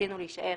רצינו להישאר